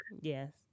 Yes